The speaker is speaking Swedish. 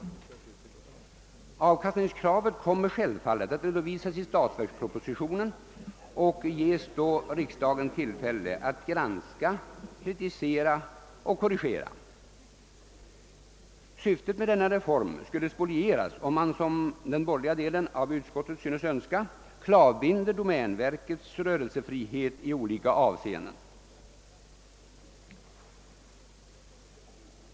Avkastningskravet kommer självfallet att redovisas i statsverkspropositionen, och riksdagen ges därvid tillfälle att granska, kritisera och korrigera. Syftet med denna reform skulle spolieras, om man, som den borgerliga delen av utskottet synes önska, klavbinder domänverkets rörelsefrihet i olika avseenden.